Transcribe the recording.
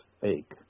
fake